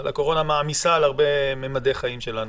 אבל הקורונה מעמיסה על הרבה ממדי חיים שלנו,